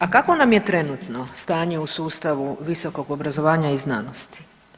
A kakvo nam je trenutno stanje u sustavu visokog obrazovanja i znanosti?